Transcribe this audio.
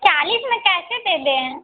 चालीस में कैसे दे दें